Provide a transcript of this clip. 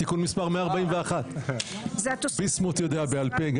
תיקון מספר 141. ביסמוט יודע בעל פה.